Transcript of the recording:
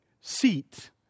seat